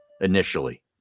initially